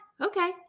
okay